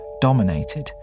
dominated